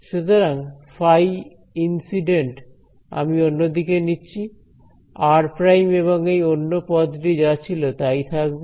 সুতরাং ফাই ইনসিডেন্ট আমি অন্যদিকে নিচ্ছি r′ এবং এই অন্য পদ টি যা ছিল তাই থাকবে